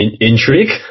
intrigue